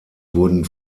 wurden